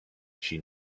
she